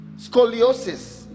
scoliosis